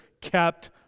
kept